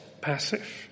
passive